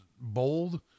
bold